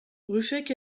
ruffec